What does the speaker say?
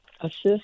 assist